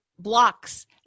Blocks